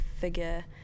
figure